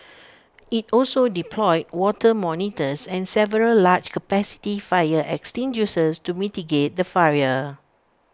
IT also deployed water monitors and several large capacity fire extinguishers to mitigate the fire